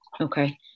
Okay